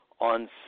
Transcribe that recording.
on